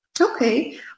Okay